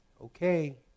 okay